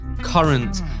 current